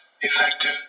effective